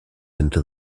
into